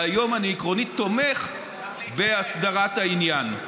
והיום אני תומך בהסדרת העניין.